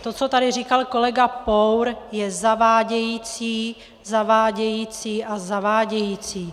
To, co tady říkal kolega Pour, je zavádějící, zavádějící a zavádějící.